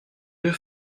deux